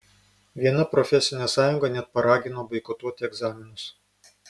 viena profesinė sąjunga net paragino boikotuoti egzaminus